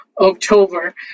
October